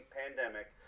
pandemic